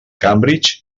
cambridge